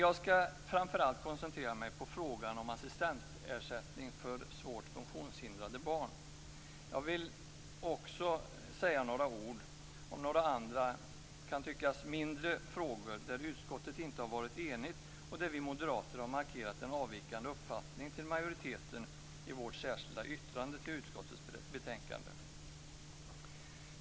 Jag skall framför allt koncentrera mig på frågan om assistansersättning för svårt funktionshindrade barn. Jag vill också säga några ord om några andra, som det kan tyckas, mindre frågor där utskottet inte varit enigt, och där vi moderater har markerat en avvikande uppfattning från majoriteten i vårt särskilda yttrande till utskottets betänkande.